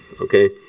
okay